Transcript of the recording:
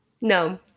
No